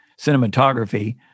Cinematography